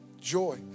Joy